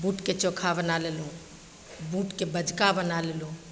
बूटके चोखा बना लेलहुँ बूटके बझका बना लेलहुँ